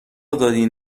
دادین